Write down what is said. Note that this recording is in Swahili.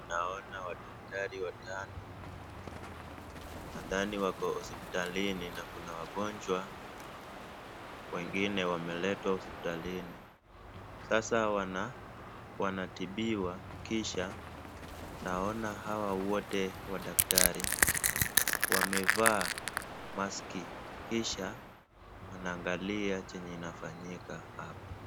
Naona wadaktari watano, nadhani wako hospitalini na kuna wagonjwa wengine wameletwa hospitalini. Sasa wanatibiwa kisha naona hawa wote wadaktari wamevaa maski , kisha wanaangalia chenye inafanyika hapa.